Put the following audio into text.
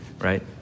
right